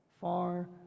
Far